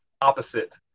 opposite